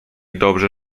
dobrze